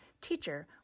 Teacher